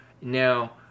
now